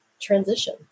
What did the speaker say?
transition